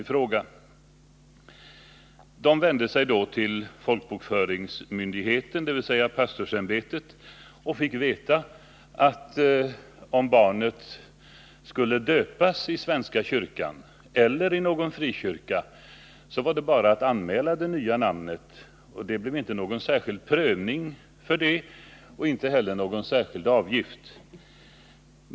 Man vände sig då till folkbokföringsmyndigheten, dvs. pastorsämbetet, och fick veta, att om barnet skulle döpas i svenska kyrkan eller i någon frikyrka så var det bara att anmäla det nya förnamnet, och det blev inte någon särskild prövning för det och inte heller någon särskild avgift.